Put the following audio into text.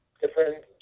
different